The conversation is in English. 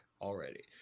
already